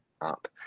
up